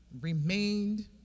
remained